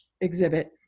exhibit